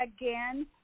again